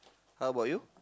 how about you